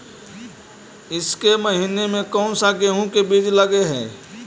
ईसके महीने मे कोन सा गेहूं के बीज लगे है?